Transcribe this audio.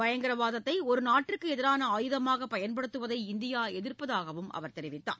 பயங்கரவாதத்தை ஒருநாட்டிற்கு எதிரான ஆயுதமாக பயன்படுத்துவதை இந்தியா எதிர்ப்பதாகவும் அவர் தெரிவித்தார்